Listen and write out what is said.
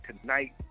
tonight